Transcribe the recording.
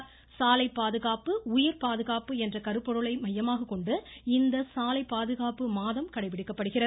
சாலை பாதுகாப்பு உயிர் பாதுகாப்பு என்ற கருப்பொருளை மையமாகக் கொண்டு இந்த சாலை பாதுகாப்பு மாதம் கடைபிடிக்கப்பட உள்ளது